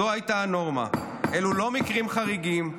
זו הייתה הנורמה, אלו לא מקרים חריגים.